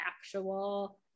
actual